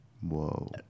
Whoa